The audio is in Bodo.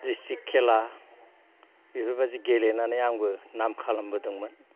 दिस्थ्रिख खेला बेफोरबायदि गेलेनानै आंबो नाम खालामबोदोंमोन